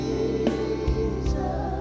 Jesus